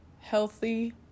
healthy